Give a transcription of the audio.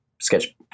sketch